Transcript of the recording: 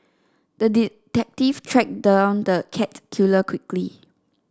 the detective tracked down the cat killer quickly